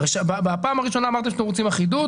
בפעם הראשונה אמרתם שאתם רוצים אחידות,